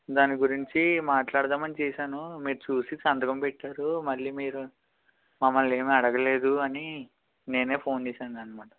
దాని గురించి మాట్లాడదాము అని చేసాను మీరు చూసి సంతకం పెట్టారు మళ్ళీ మీరు మమ్మల్ని ఏమి అడగలేదు అని నేనే ఫోన్ చేసాను అన్నమాట